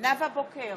נאוה בוקר,